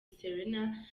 serena